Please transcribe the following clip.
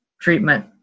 treatment